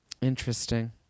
Interesting